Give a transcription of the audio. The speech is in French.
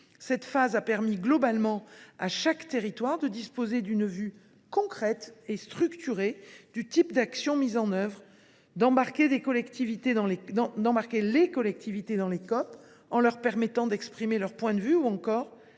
Cette phase a permis à chaque territoire de disposer d’une vue concrète et structurée du type d’actions mises en œuvre ; on a ainsi embarqué les collectivités dans les COP en leur permettant d’exprimer leur point de vue, ou encore